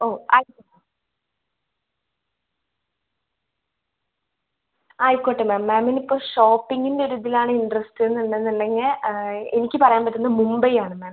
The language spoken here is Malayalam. ഓ ആ ആയിക്കോട്ടെ മാം മാമിനിപ്പോൾ ഷോപ്പിംങ്ങിൻറെ ഒരിതിലാണ് ഇൻ്ററസ്റ്റ് എന്നുണ്ടെങ്കിൽ എനിക്ക് പറയാൻ പറ്റുന്നത് മുംബൈ ആണ് മാം